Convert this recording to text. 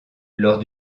lors